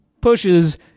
pushes